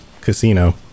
casino